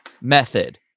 method